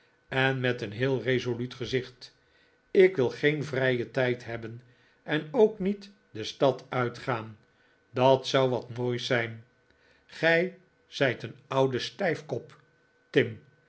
en met een heel resoluut gezicht ik wil geen vrijen tijd hebben en ook niet de stad uit gaan dat zou wat moois zijn nikolaas krijgt een nieuwe betrekking gij zijt een oude stijfkop tim